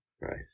Right